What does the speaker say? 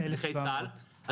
נכי צה"ל?